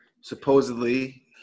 Supposedly